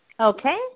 Okay